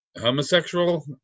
homosexual